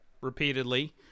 repeatedly